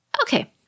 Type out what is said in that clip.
Okay